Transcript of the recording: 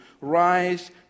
rise